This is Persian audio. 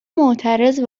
معترض